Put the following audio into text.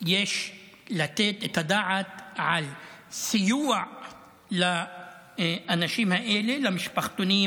יש לתת את הדעת על סיוע לאנשים האלה, למשפחתונים,